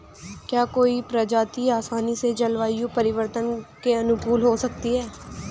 क्या कोई प्रजाति आसानी से जलवायु परिवर्तन के अनुकूल हो सकती है?